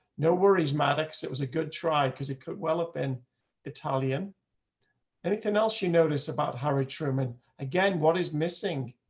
no worries, maddox. it was a good try because it could well up in but um anything else you notice about harry truman again what is missing,